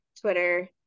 Twitter